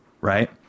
Right